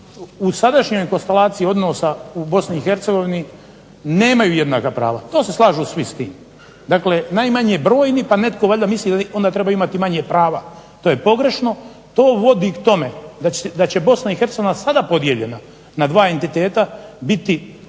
u sadašnjoj konstelaciji odnosa u Bosni i Hercegovini nemaju jednaka prava, to se slažu svi s tim, dakle najmanje brojni, pa netko misli da treba imati manje prava. To je pogrešno, to vodi k tome, da će Bosna i Hercegovina sada podijeljena na dva entiteta biti